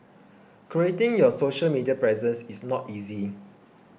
curating your social media presence is not easy